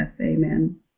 Amen